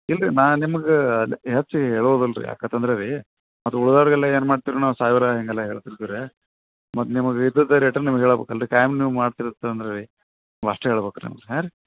ಇಲ್ಲ ರೀ ನಾನು ನಿಮ್ಗೆ ಅದು ಹೆಚ್ಚು ಹೇಳೋದಿಲ್ಲ ರೀ ಯಾಕೆ ಅಂತಂದ್ರ ರೀ ಅದು ಉಳ್ದೊರ್ಗೆ ಎಲ್ಲ ಏನು ಮಾಡ್ತೀವಿ ಸಾವಿರ ಹೀಗೆಲ್ಲ ಹೇಳ್ತಿರ್ತೀರಿ ರೀ ಮತ್ತು ನಿಮ್ಗೆ ಇದ್ದದ್ದೇ ರೇಟಲ್ಲಿ ನಿಮ್ಗೆ ಹೇಳಬೇಕು ಅಲ್ಲ ರಿ ಖಾಯಂ ನೀವು ಮಾಡ್ತಿರ್ತೀರಿ ಅಲ್ಲ ರಿ ಅಷ್ಟೇ ಹೇಳ್ಬೇಕು ರೀ ನಿಮ್ಗೆ ಹಾಂ ರಿ